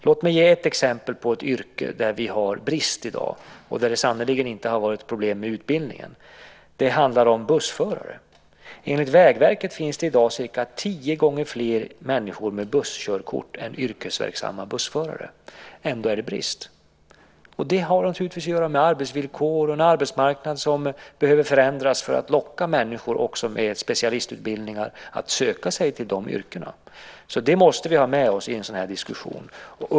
Låt mig ge ett exempel på ett yrke där vi har brist i dag, och där det sannerligen inte har varit problem med utbildningen. Det handlar om bussförare. Enligt Vägverket finns det i dag cirka tio gånger fler människor med busskörkort än yrkesverksamma bussförare. Ändå råder det brist. Det har naturligtvis att göra med arbetsvillkoren och en arbetsmarknad som behöver förändras för att locka människor också med specialistutbildningar att söka sig till de yrkena. Det måste vi ha med oss i en sådan här diskussion.